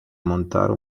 montare